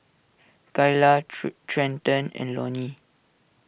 Kayla Trenten and Loni